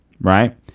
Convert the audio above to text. right